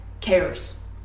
cares